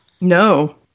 No